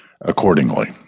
accordingly